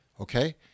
Okay